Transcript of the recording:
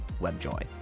WebJoy